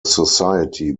society